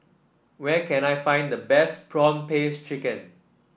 where can I find the best prawn paste chicken